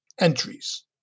entries